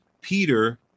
Peter